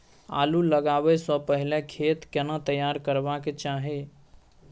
आलू लगाबै स पहिले खेत केना तैयार करबा के चाहय?